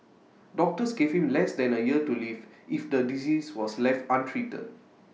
doctors gave him less than A year to live if the disease was left untreated